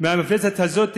מהמפלצת הזאת,